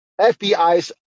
FBI's